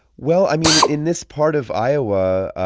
well, i mean, in this part of iowa,